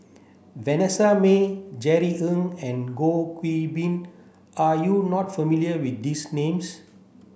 Vanessa Mae Jerry Ng and Goh Qiu Bin are you not familiar with these names